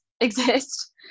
exist